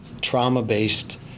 trauma-based